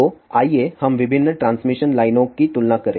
तो आइए हम विभिन्न ट्रांसमिशन लाइनों की तुलना करें